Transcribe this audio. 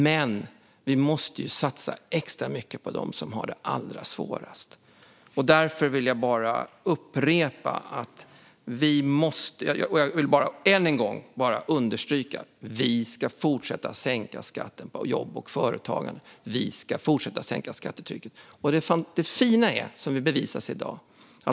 Men vi måste satsa extra mycket på dem som har det allra svårast. Därför vill jag bara än en gång understryka: Vi ska fortsätta att sänka skatten på jobb och företagande. Vi ska fortsätta att sänka skattetrycket. Det fina är det som bevisas i dag.